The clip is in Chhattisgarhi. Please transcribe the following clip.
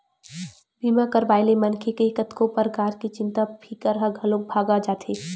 बीमा करवाए ले मनखे के कतको परकार के चिंता फिकर ह घलोक भगा जाथे